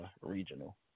regional